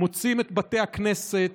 מוצאים את בתי הכנסת,